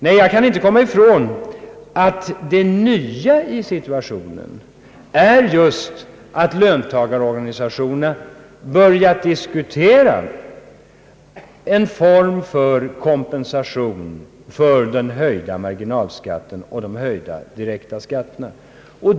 Nej, jag kan inte komma ifrån att det nya i situationen just är att löntagarorganisationerna börjat diskutera en form för kompensation för den höjda marginalskatten och de höjda direkta skatterna.